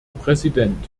präsident